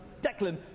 Declan